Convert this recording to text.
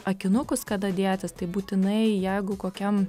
akinukus kada dėtis tai būtinai jeigu kokiam